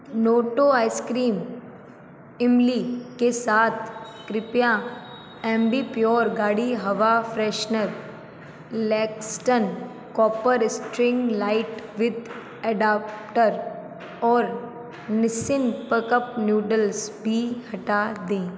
Noto ice cream इमली के साथ कृपया अम्बिप्योर गाड़ी हवा freshener Laxton copper string light with adapter और निस्सिन कप नूडल्स भी हटा दें